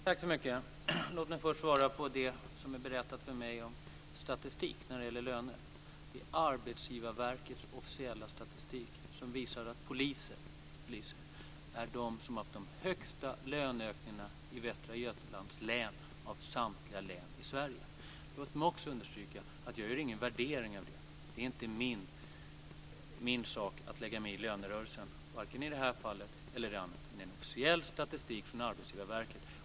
Herr talman! Låt mig först svara på det som ni berättat för mig om statistik när det gäller löner. Det är Arbetsgivarverkets officiella statistik som visar att poliser i Västra Götalands län är de som har haft de högsta löneökningarna av samtliga län i Sverige. Låt mig också understryka att jag inte gör någon värdering av det. Det är inte min sak att lägga mig i lönerörelsen, varken i det här fallet eller i andra. Det är officiell statistik från Arbetsgivarverket.